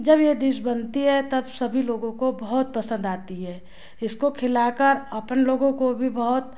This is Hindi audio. जब यह डिस बनती है तब सभी लोगों को बहुत पसंद आती है इसको खिला कर अपन लोगों को भी बहुत